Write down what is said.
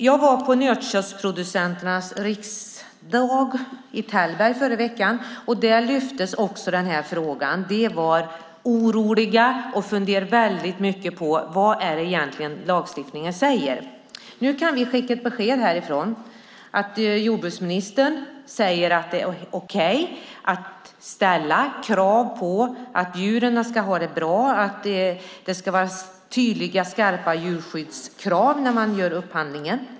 Jag var på Sveriges Nötköttsproducenters riksdag i Tällberg i förra veckan. Där lyftes också denna fråga upp. Man var orolig och funderade mycket på vad lagstiftningen egentligen säger. Nu kan vi ge ett besked härifrån: Jordbruksministern säger att det är okej att ställa krav på att djuren ska ha det bra och att det ska vara tydliga och skarpa djurskyddskrav och miljökrav när man gör upphandling.